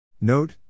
Note